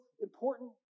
important